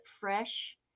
fresh